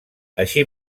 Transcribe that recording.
així